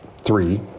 three